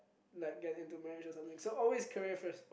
like get into marriage or something so always career first